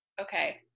okay